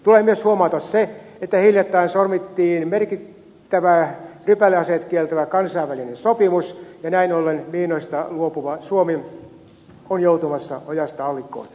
tulee myös huomata se että hiljattain solmittiin merkittävä rypäleaseet kieltävä kansainvälinen sopimus ja näin ollen miinoista luopuva suomi on joutumassa ojasta allikkoon